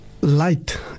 light